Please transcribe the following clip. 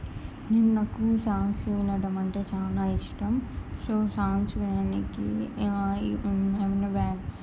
నేను నాకు సాంగ్స్ వినడం అంటే చాలా ఇష్టం సో సాంగ్స్ వినడానికి ఏమైనా